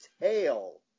tail